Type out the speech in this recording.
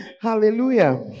Hallelujah